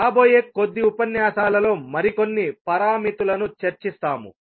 రాబోయే కొద్ది ఉపన్యాసాలలో మరికొన్ని పారామితులను చర్చిస్తాము